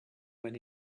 when